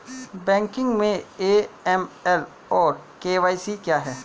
Banking में AML और KYC क्या हैं?